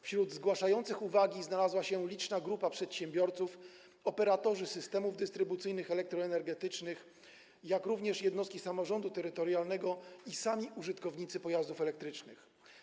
Wśród zgłaszających uwagi znalazła się liczna grupa przedsiębiorców, operatorów systemów dystrybucyjnych elektroenergetycznych, jak również jednostek samorządu terytorialnego i samych użytkowników pojazdów elektrycznych.